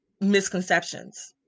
misconceptions